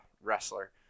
wrestler